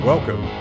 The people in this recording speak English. Welcome